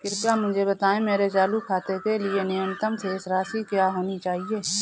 कृपया मुझे बताएं मेरे चालू खाते के लिए न्यूनतम शेष राशि क्या होनी चाहिए?